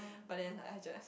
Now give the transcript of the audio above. but then I just